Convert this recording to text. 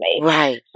Right